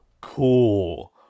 cool